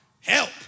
help